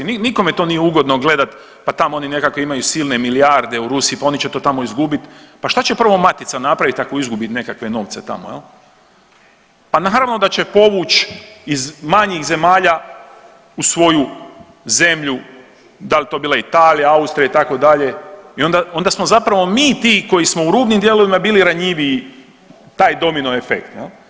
Nikome to nije ugodno gledat, pa tamo oni nekakve imaju silne milijarde u Rusiji, pa oni će to tamo izgubit, pa šta će prvo matica napravit ako izgubi nekakve novce tamo jel, pa naravno da će povuć iz manjih zemalja u svoju zemlju dal to bila Italija, Austrija itd. i onda, onda smo zapravo mi ti koji smo u rubnim dijelovima bili ranjiviji, taj domino efekt jel.